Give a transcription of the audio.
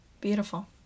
Beautiful